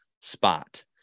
spot